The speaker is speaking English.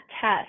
test